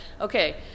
okay